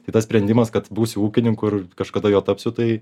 tai tas sprendimas kad būsiu ūkininku ir kažkada juo tapsiu tai